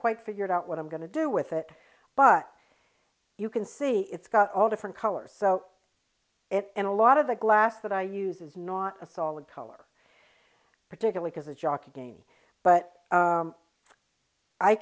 quite figured out what i'm going to do with it but you can see it's got all different colors so it and a lot of the glass that i use is not a solid color particularly as a jockey game but